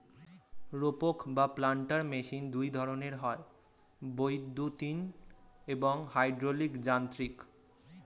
রোপক বা planter machine দুই ধরনের হয়, বৈদ্যুতিন এবং হাইড্রলিক যান্ত্রিক